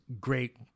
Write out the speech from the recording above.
great